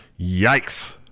Yikes